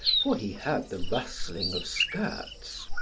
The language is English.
for he heard the rustling of skirts.